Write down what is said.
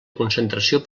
concentració